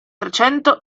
trecento